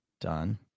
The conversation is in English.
Done